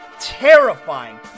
Terrifying